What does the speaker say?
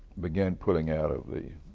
began pulling out of the